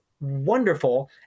wonderful